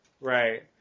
Right